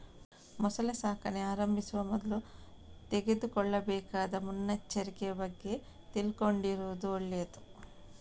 ಮೊಸಳೆ ಸಾಕಣೆ ಆರಂಭಿಸುವ ಮೊದ್ಲು ತೆಗೆದುಕೊಳ್ಳಬೇಕಾದ ಮುನ್ನೆಚ್ಚರಿಕೆ ಬಗ್ಗೆ ತಿಳ್ಕೊಂಡಿರುದು ಒಳ್ಳೇದು